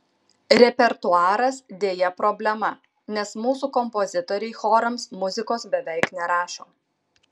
repertuaras deja problema nes mūsų kompozitoriai chorams muzikos beveik nerašo